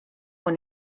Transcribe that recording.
con